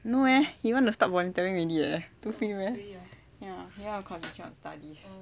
no eh he want to stop volunteering already eh too free meh ya he want to concentrate on studies